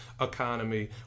economy